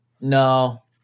No